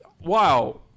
wow